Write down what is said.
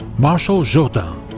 marshal jourdan